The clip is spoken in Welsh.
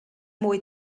mwy